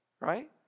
right